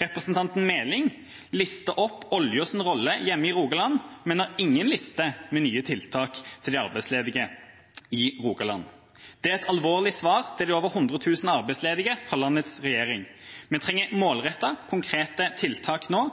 Representanten Meling listet opp oljens rolle hjemme i Rogaland, men har ingen liste med nye tiltak til de arbeidsledige i Rogaland. Det er et alvorlig svar til de over 100 000 arbeidsledige fra landets regjering. Vi trenger målrettede, konkrete tiltak nå.